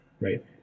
right